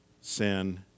sin